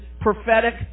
prophetic